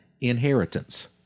inheritance